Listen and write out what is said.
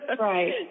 Right